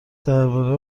درباره